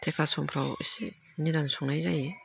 थेखा समफ्राव एसे निदान संनाय जायो